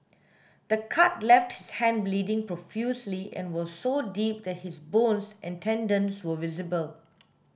the cut left his hand bleeding profusely and was so deep that his bones and tendons were visible